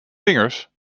vingers